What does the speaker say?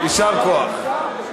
יישר כוח.